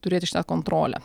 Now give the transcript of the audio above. turėti kontrolę